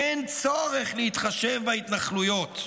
אין צורך להתחשב בהתנחלויות.